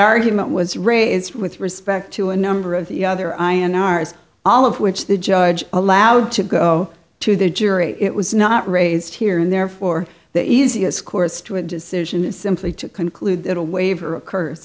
argument was raised with respect to a number of the other i n r as all of which the judge allowed to go to the jury it was not raised here and therefore the easiest course to a decision is simply to conclude that a waiver occurs